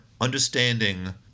understanding